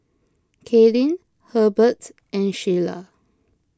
Kaylynn Herbert and Sheila